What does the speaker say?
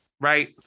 right